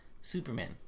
Superman